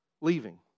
leaving